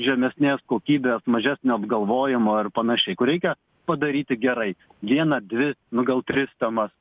žemesnės kokybės mažesnio apgalvojimo ir panašiai kur reikia padaryti gerai vieną dvi nu gal tris tema